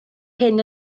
hyn